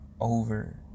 over